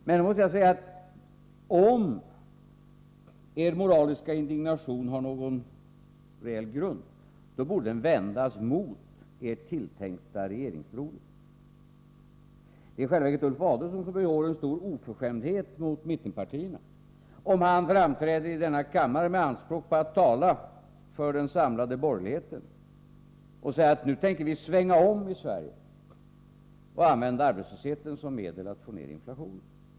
Men jag måste då säga, att om er moraliska indignation har någon reell grund, borde den vändas mot er tilltänkte regeringsbroder. Det är i själva verket Ulf Adelsohn som begår en stor oförskämdhet mot mittenpartierna, om han framträder i denna kammare med anspråk på att tala för den samlade borgerligheten och säger att den nu tänker svänga om i Sverige och använda arbetslösheten som medel att få ned inflationen.